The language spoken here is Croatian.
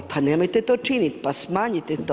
Pa nemojte to činiti, pa smanjite to.